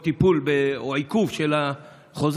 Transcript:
בגלל קיבולת או טיפול או עיכוב של החוזרים,